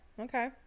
Okay